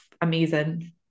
Amazing